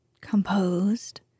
Composed